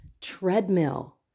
treadmill